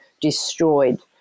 destroyed